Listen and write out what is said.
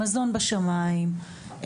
המזון בשמיים,